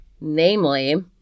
namely